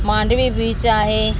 Mandvi beach आहे